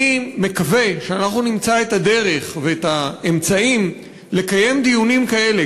אני מקווה שאנחנו נמצא את הדרך ואת האמצעים לקיים דיונים כאלה,